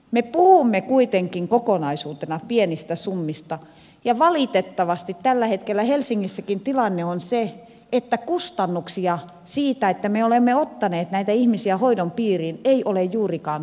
me puhumme kuitenkin kokonaisuutena pienistä summista ja valitettavasti tällä hetkellä helsingissäkin tilanne on se että kustannuksia siitä että me olemme ottaneet näitä ihmisiä hoidon piiriin ei ole juurikaan tullut